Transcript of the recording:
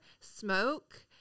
smoke